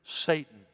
Satan